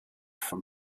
from